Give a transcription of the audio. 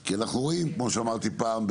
כי אנחנו רואים כמו שאמרתי פעם,